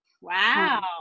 wow